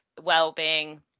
well-being